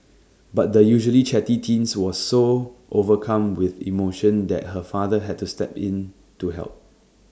but the usually chatty teen was so overcome with emotion that her father had to step in to help